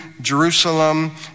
Jerusalem